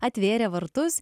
atvėrė vartus